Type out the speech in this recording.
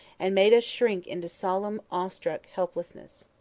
and made us shrink into solemn awestruck helplessness.